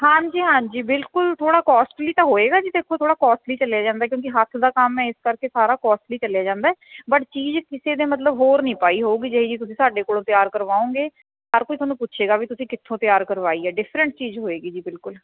ਹਾਂਜੀ ਹਾਂਜੀ ਬਿਲਕੁੱਲ ਥੋੜ੍ਹਾ ਕੋਸਟਲੀ ਤਾਂ ਹੋਏਗਾ ਜੀ ਦੇਖੋ ਥੋੜਾ ਕੋਸਟਲੀ ਚਲਿਆ ਜਾਂਦਾ ਕਿਉਂਕਿ ਹੱਥ ਦਾ ਕੰਮ ਏ ਇਸ ਕਰਕੇ ਸਾਰਾ ਕੋਸਟਲੀ ਚਲਿਆ ਜਾਂਦਾ ਬਟ ਚੀਜ਼ ਕਿਸੇ ਦੇ ਮਤਲਬ ਹੋਰ ਨੀ ਪਾਈ ਹੋਊਗੀ ਜਿਹੋ ਜਿਹੀ ਤੁਸੀਂ ਸਾਡੇ ਕੋਲੋ ਤਿਆਰ ਕਰਵਾਂਊਗੇ ਹਰ ਕੋਈ ਥੋਨੂੰ ਪੁੱਛੇਗਾ ਵੀ ਤੁਸੀਂ ਕਿੱਥੋ ਤਿਆਰ ਕਰਵਾਈ ਹੈ ਡਿਫਰੈਟ ਚੀਜ਼ ਹੋਏਗੀ ਜੀ ਬਿਲਕੁੱਲ